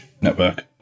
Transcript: network